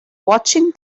watching